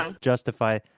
justify